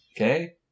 Okay